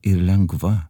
ir lengva